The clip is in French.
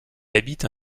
habite